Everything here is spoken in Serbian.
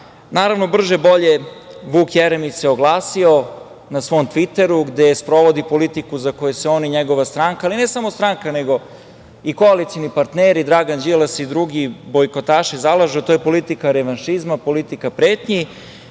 dinara. Naravno, brže bolje Vuk Jeremić se oglasio na svom „Tviteru“, gde sprovodi politiku za koju se on i njegova stranka, ali ne samo stranka, nego i koalicioni partneri Dragan Đilas i drugi bojkotaši zalažu, a to je politika revanšizma, politika pretnji